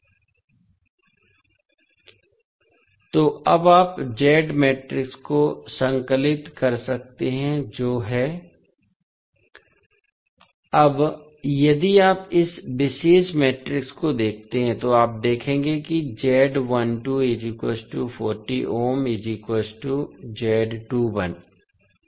तो अब आप Z मैट्रिक्स को संकलित कर सकते हैं जो है अब यदि आप इस विशेष मैट्रिक्स को देखते हैं तो आप देखेंगे कि इसका क्या मतलब है